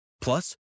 Plus